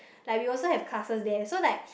like we also have classes there so like